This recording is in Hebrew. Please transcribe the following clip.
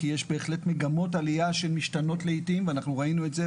כי יש בהחלט מגמות עליה שמשתנות לעתים ואנחנו ראינו את זה,